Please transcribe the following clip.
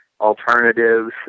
alternatives